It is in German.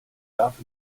darf